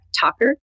talker